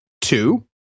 two